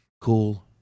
Cool